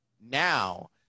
now